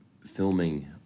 filming